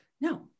no